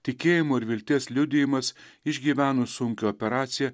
tikėjimo ir vilties liudijimas išgyvenus sunkią operaciją